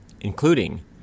including